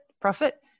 profit